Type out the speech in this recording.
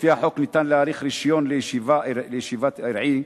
לפי החוק ניתן להאריך רשיון לישיבת ארעי,